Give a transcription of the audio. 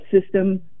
system